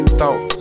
thought